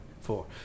Four